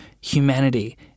humanity